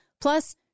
plus